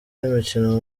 y’imikino